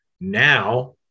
Now